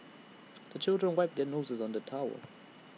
the children wipe their noses on the towel